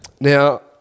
Now